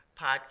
podcast